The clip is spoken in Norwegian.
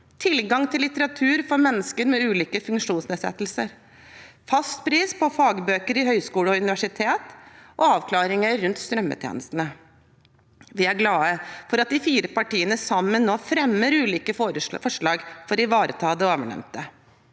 tilgang til litteratur for mennesker med ulike funksjonsnedsettelser, fastpris på fagbøker i høyskoler og universitet og avklaringer rundt strømmetjenestene. Vi er glad for at de fire partiene nå sammen fremmer ulike forslag for å ivareta det ovennevnte.